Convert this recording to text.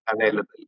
available